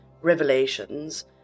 revelations